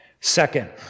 Second